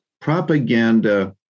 Propaganda